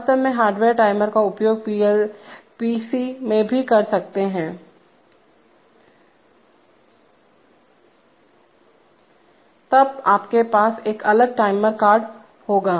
वास्तव में hardware timer का उपयोग पीएसी में भी कर सकते हैं तब आपके पास एक अलग टाइमर कार्ड होगा